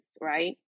right